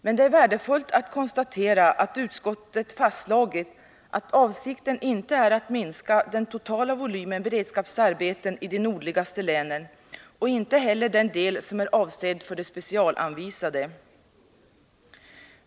Men det är värdefullt att konstatera att utskottet fastslagit att avsikten inte är att minska den totala volymen beredskapsarbeten i de nordligaste länen och inte heller den del som är avsedd för de specialanvisade.